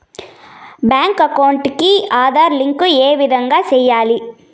Bank account కి Aadhaar link ఏ విధంగా సెయ్యాలి?